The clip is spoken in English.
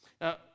Now